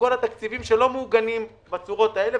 בכל התקציבים שלא מעוגנים בצורות האלה.